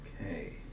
Okay